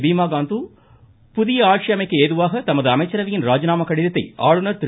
பீமாகாந்து புதிய ஆட்சி அமைக்க ஏதுவாக தமது அமைச்சரவையின் ராஜினாமா கடிதத்தை ஆளுநர் திரு